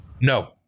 No